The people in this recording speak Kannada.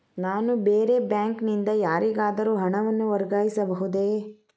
ನಾನು ಬೇರೆ ಬ್ಯಾಂಕ್ ನಿಂದ ಯಾರಿಗಾದರೂ ಹಣವನ್ನು ವರ್ಗಾಯಿಸಬಹುದೇ?